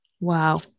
Wow